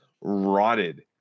rotted